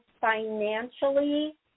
financially